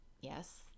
yes